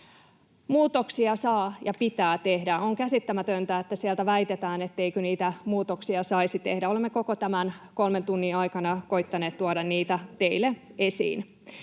Muutoksia saa ja pitää tehdä. On käsittämätöntä, että sieltä väitetään, etteikö niitä muutoksia saisi tehdä. Olemme koko tämän kolmen tunnin aikana koettaneet tuoda niitä teille esiin.